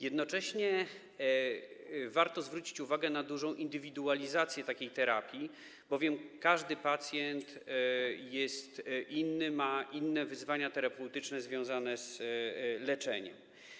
Jednocześnie warto zwrócić uwagę na dużą indywidualizację takiej terapii, bowiem każdy pacjent jest inny, ma inne wyzwania terapeutyczne związane z leczeniem.